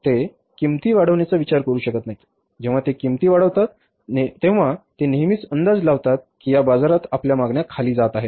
ते किंमती वाढविण्याचा विचार करू शकत नाहीत जेव्हा ते किंमती वाढवतात तेव्हा ते नेहमीच अंदाज लावतात की या बाजारात आपल्या मागण्या खाली जात आहेत